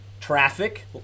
traffic